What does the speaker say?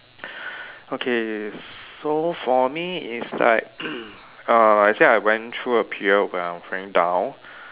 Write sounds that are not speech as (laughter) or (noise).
okay so for me it's like (coughs) uh I say I went through a period when I feeling down